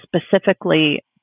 specifically